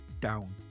down